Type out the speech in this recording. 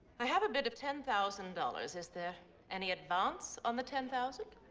i have a bid of ten thousand dollars. is there any advance on the ten thousand?